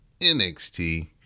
NXT